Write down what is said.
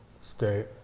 state